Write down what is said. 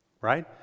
Right